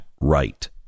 right